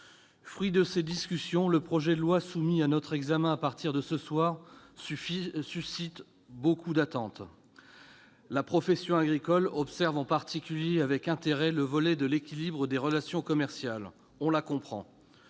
Fruit de ces discussions, le projet de loi soumis à notre examen à partir de ce soir suscite beaucoup d'attentes. La profession agricole observe en particulier avec intérêt le volet sur l'équilibre des relations commerciales. On la comprend